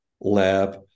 lab